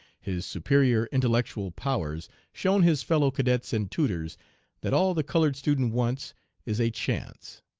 his superior intellectual powers shown his fellow-cadets and tutors that all the colored student wants is a chance.